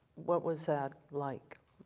what was that like,